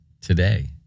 today